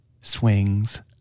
swings